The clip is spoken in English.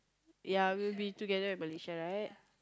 ya we'll be together in Malaysia right